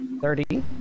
thirty